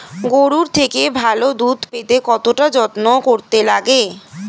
গরুর থেকে ভালো দুধ পেতে কতটা যত্ন করতে লাগে